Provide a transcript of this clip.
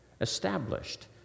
established